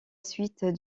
suite